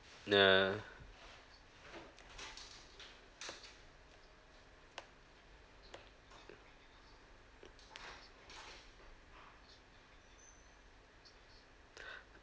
nah